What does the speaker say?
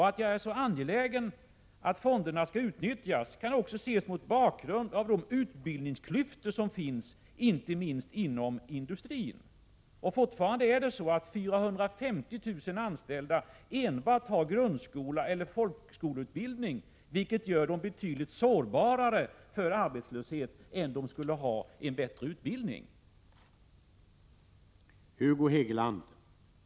Att jag är så angelägen att fonderna skall utnyttjas kan också ses mot bakgrund av de utbildningsklyftor som finns, inte minst inom industrin. Fortfarande är det så att 450 000 anställda enbart har folkskoleeller grundskoleutbildning, vilket gör dem betydligt sårbarare för arbetslöshet än = Prot. 1986/87:95 de skulle vara om de hade en bättre utbildning. 26 mars 1987